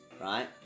right